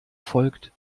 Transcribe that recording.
folgt